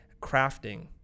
crafting